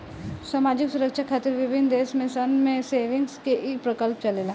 सामाजिक सुरक्षा खातिर विभिन्न देश सन में सेविंग्स के ई प्रकल्प चलेला